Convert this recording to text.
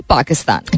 Pakistan